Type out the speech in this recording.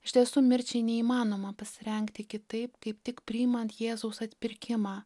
iš tiesų mirčiai neįmanoma pasirengti kitaip kaip tik priimant jėzaus atpirkimą